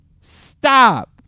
Stop